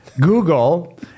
Google